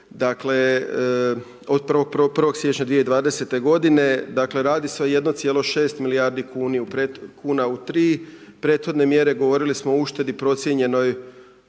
dakle od 1. siječnja 2020. godine dakle radi se o 1,6 milijardi kuna u tri prethodne mjere govorili smo o uštedi procijenjenoj